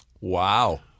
Wow